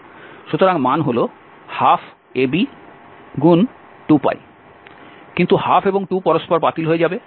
সুতরাং মান হল 12ab×2π কিন্তু ½ এবং 2 পরস্পর বাতিল হয়ে যাবে